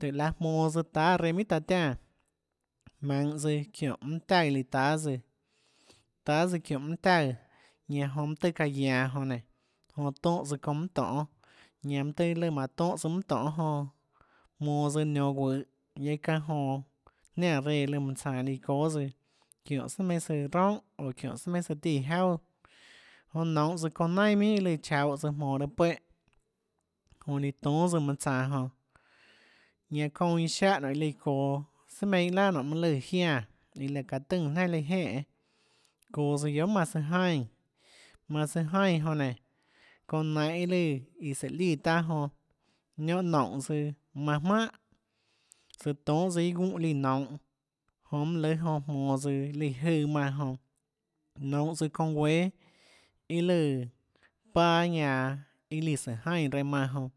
Tùhå laã jmonås táâs çounã reã minhà taã tiánã jmaønhå tsøã çiónhå mønâ taùã lùã táâ tsøã táâ tsøã çiónhå mønâ taùã ñanã jonã mønâ tøhê çaã guianå jonã nénå jonã tónhã tsøã çounã mønâ tonê ñanã mønâ tøhê mánhå tónhãs mønâ tonê jonã jmonå tsøã nionå guøhå guiaâ çánhã jonã jniánã reã lùã maùnã tsanå líã çóâ tsøã çióhå sùà meinhâ søã roúnhà oå çiónhå sùà meinhâ søã tíã jauà jonã nounhås çounã nainàminhà lùã tsaúhãs tsøã jmonå raâ puéhã jonã líã tónâs maùnã tsanå jonã ñanã çounã lùã iã siáhã nonê iã çoå sùà meinhâ iâ laà nonê mønâ lùãjiánã iã lùã çaã tùnã jnanà lùã jenè çoå tsøã guiohà manã søã jaínã manã søã jaínã jonã nénå çounã nainhå iâ lùã iã sùhå líã taâ jonã niónhã noúnhå tsøã manã jmánhà tsøã tonhâ tsøã iâ gunè lùã nounhå jonã mønâ lùâ jonã jmonå tsøã lùã jøã manã jonã nounhå tsøã çounã guéâ iâ lùã panâ ñanã iâ sùhå jaínã reã manã jonã